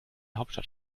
hauptstadt